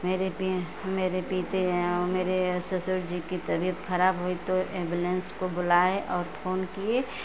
मेरे पी मेरे पीते हैं मेरे सासू जी की तबीयत खराब हुई तो एम्बुलेनस को बुलाएं और फोन किये तो